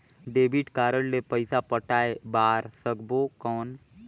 Debit card ले पइसा पटाय बार सकबो कौन?